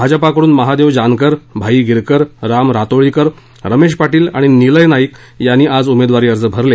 भाजपाकडून महादेव जानकर भाई गिरकर राम रातोळीकर रमेश पाटील आणि निलय नाईक यांनी आज उमेदवारी अर्ज भरले